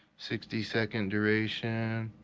sixty second duration.